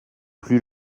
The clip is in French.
plus